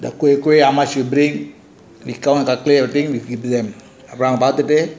kuih kuih how much you bring it counts under the drink அப்பறோம் நாங்க பாத்துட்டு:aprom nanga pathutu